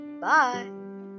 Bye